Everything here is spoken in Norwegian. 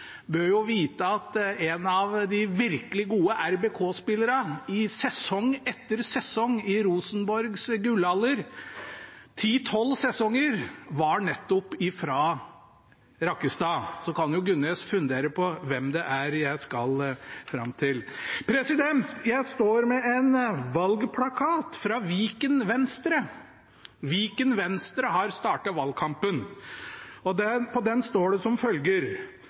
bør jo vite at en av de virkelig gode RBK-spillerne i sesong etter sesong i Rosenborgs gullalder – ti–tolv sesonger – var nettopp fra Rakkestad. Så kan jo Gunnes fundere på hvem det er jeg skal fram til. Jeg står med en valgplakat fra Viken Venstre – Viken Venstre har startet valgkampen. På den står det som følger: